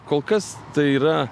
kol kas tai yra